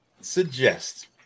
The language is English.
suggest